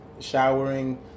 showering